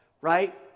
right